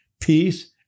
peace